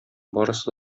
барысы